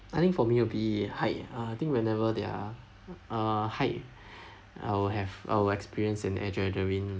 I think for me will be height uh I think whenever there are uh high I will have I will experience an adrenaline